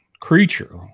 creature